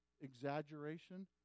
exaggeration